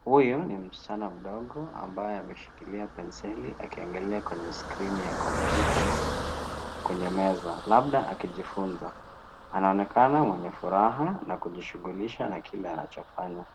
Huyu ni msichana mdogo ambaye ameshikilia penseli akiangalia kwenye skrini ya kompyuta kwenye meza labda akijifunza. Anaonekana mwenye furaha na kujishughulisha na kile anachofanya.